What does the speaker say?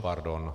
Pardon.